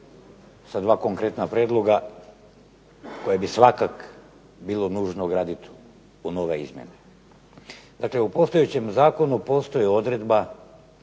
sa 2 konkretna prijedloga koja bi svakako bilo nužno ugraditi u nove izmjene. Dakle, u postojećem zakonu postoji odredba